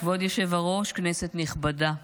כבוד היושב-ראש, כנסת נכבדה,